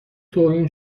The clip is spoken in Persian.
توهین